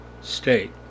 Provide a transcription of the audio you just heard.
state